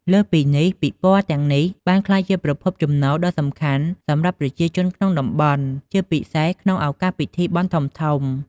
លើសពីនេះ ពិព័រណ៍ទាំងនេះបានក្លាយជាប្រភពចំណូលដ៏សំខាន់សម្រាប់ប្រជាជនក្នុងតំបន់ ជាពិសេសក្នុងឱកាសពិធីបុណ្យធំៗ។